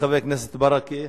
חבר הכנסת מוחמד ברכה.